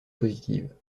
positive